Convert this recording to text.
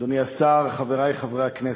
אדוני השר, חברי חברי הכנסת,